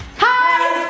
hi,